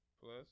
plus